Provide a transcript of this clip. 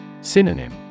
Synonym